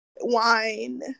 Wine